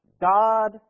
God